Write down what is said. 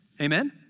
Amen